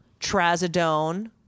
Trazodone